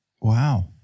Wow